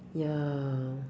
ya